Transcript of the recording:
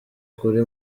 kuri